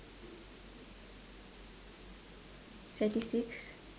statistics